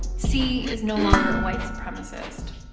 c is no longer a white supremacist.